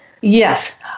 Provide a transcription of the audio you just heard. Yes